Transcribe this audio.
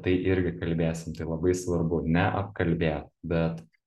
tai irgi kalbėsim tai labai svarbu ne apkalbėt bet